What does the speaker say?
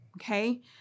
Okay